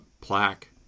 plaque